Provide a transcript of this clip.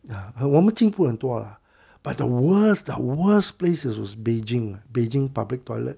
那我们进步很多了 but the worst the worst places was beijing ah beijing public toilet